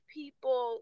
people